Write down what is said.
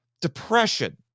Depression